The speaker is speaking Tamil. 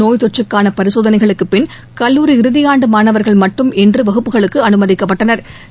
நோய் தொற்றுக்கான பரிசோதனைகளுக்குப் பின் கல்லூரி இறுதி ஆண்டு மாணவர்கள் மட்டும் இன்று வகுப்புகளுக்கு அனுமதிக்கப்பட்டனா்